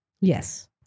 Yes